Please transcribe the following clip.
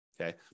okay